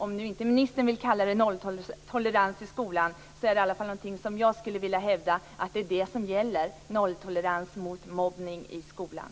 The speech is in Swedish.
Om nu inte ministern vill kalla det för nolltolerans i skolan, så är det i alla fall vad jag skulle vilja hävda är det som gäller: Nolltolerans mot mobbning i skolan.